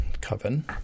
coven